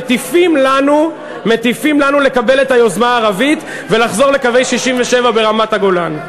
מטיפים לנו לקבל את היוזמה הערבית ולחזור לקווי 67' ברמת-הגולן.